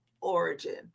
origin